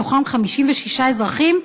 מתוכם 56 אזרחים,